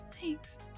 Thanks